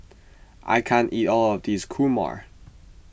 I can't eat all of this Kurma